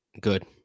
good